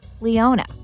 Leona